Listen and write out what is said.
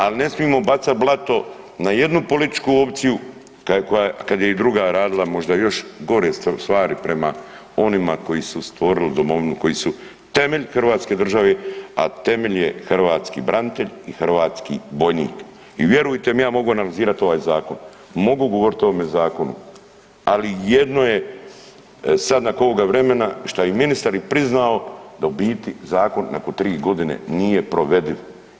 Al nesmimo bacat blato na jednu političku opciju kad je i druga radila i možda još gore stvari prema onima koji su stvorili domovinu, koji su temelj Hrvatske države, a temelj je hrvatski branitelj i hrvatski vojnik i vjerujte mi ja mogu analizirati ovaj zakon, mogu govoriti o ovome zakonu, ali jedno je sad nakon ovoga vremena šta i ministar priznao da u biti Zakon nakon tri godine nije provediv.